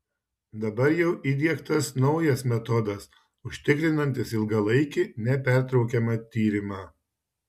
dabar jau įdiegtas naujas metodas užtikrinantis ilgalaikį nepertraukiamą tyrimą